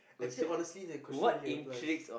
actually honestly the question really applies